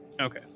Okay